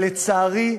אבל, לצערי,